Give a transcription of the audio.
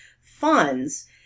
funds